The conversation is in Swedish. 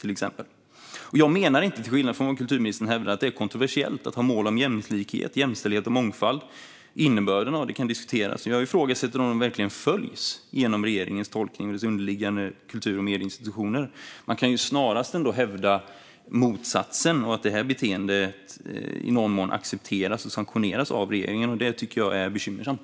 Till skillnad från vad kulturministern hävdar menar jag inte att det är kontroversiellt att ha mål om jämlikhet, jämställdhet och mångfald - innebörden av det kan diskuteras - men jag ifrågasätter om de verkligen följs genom regeringens tolkning och dess underliggande kultur och medieinstitutioner. Man kan snarare hävda motsatsen och att detta beteende i någon mån accepteras och sanktioneras av regeringen. Det tycker jag är bekymmersamt.